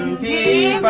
the